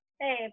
Hey